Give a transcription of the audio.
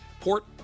port